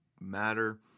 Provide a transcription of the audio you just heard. matter